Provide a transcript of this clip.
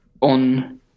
on